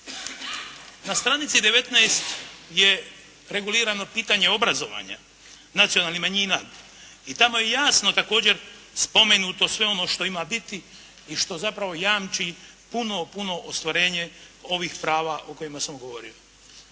Na stranici 19 je regulirano pitanje obrazovanja nacionalnih manjina i tamo je jasno također spomenuto sve ono što ima biti i što zapravo jamči puno puno ostvarenje ovih prava o kojima sam govorio.